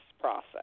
process